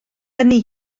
hynny